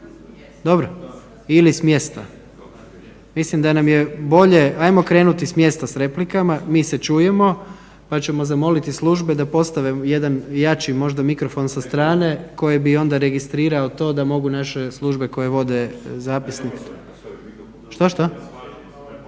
Dobro ili s mjesta. Mislim da nam je bolje, ajmo krenuti s mjesta s replikama, mi se čujemo, pa ćemo zamoliti službe da postave jedan jači možda mikrofon sa strane koji bi onda registrirao to da mogu naše službe koje vode zapisnik. Što, što?